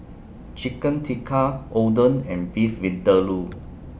Chicken Tikka Oden and Beef Vindaloo